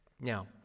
Now